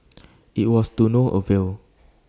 IT was to no avail